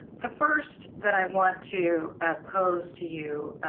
the first that i want to ah pose to you,